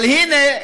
אבל הנה,